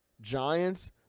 Giants